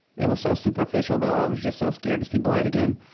it was so superficial though, i was just so scared to see blood again.